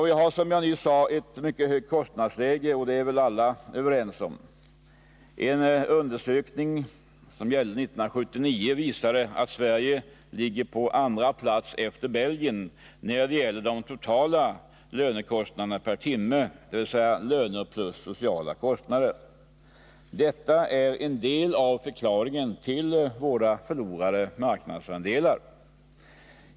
Vi har, som jag nyss sade, ett högt kostnadsläge, och den bedömningen är väl alla överens om. En undersökning som gällde 1979 visar, att Sverige ligger på andra plats efter Belgien när det gäller de totala lönekostnaderna per timme, dvs. löner plus sociala kostnader. Detta är en del av förklaringen till våra förlorade marknadsandelar.